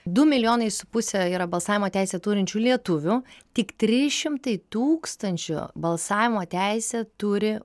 du milijonai su puse yra balsavimo teisę turinčių lietuvių tik trys šimtai tūkstančių balsavimo teisę turi